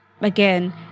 again